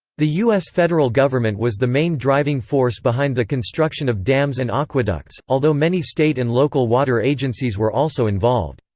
the u s. federal government was the main driving force behind the construction of dams and aqueducts, although many state and local water agencies were also involved.